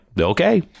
okay